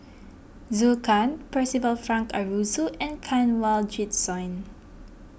Zhou Can Percival Frank Aroozoo and Kanwaljit Soin